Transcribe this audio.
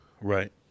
right